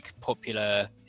popular